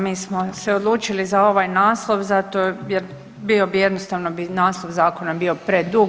Mi smo se odlučili za ovaj naslov zato jer bio bi jednostavno bi naslov zakona bio predug.